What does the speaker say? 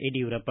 Yediyurappa